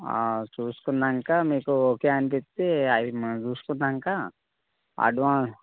చూసుకున్నంక మీకు ఓకే అనిపిస్తే అవి మనం చూసుకున్నంక అడ్వాన్స్